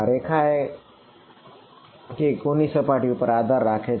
રેખા કે સપાટી કોના ઉપર આધાર રાખે છે